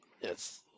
Yes